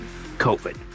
COVID